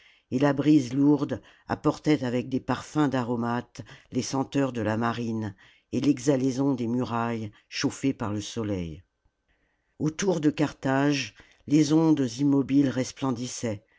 et la brise lourde apportait avec des parfums d'aromates les senteurs de la marine et l'exhalaison des murailles chauffées par le soleil autour de carthage les ondes immobiles resplendissaient